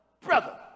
brother